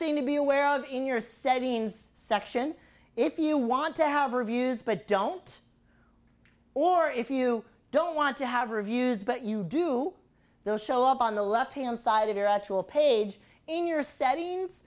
thing to be aware of in your settings section if you want to have reviews but don't or if you don't want to have reviews but you do those show up on the left hand side of your actual page in your settings